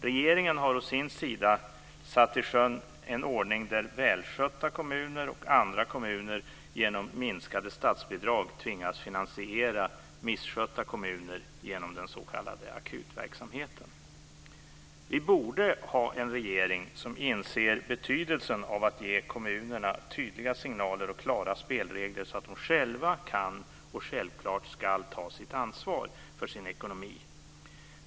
Regeringen har å sin sida satt i sjön en ordning där välskötta kommuner och andra kommuner genom minskade statsbidrag tvingas finansiera misskötta kommuner genom den s.k. akutverksamheten. Vi borde ha en regering som inser betydelsen av att ge kommunerna tydliga signaler och klara spelregler så att de själva kan, och självklart ska, ta ansvar för sina ekonomier.